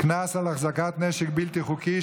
קנס על החזקת נשק בלתי חוקי),